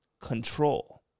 control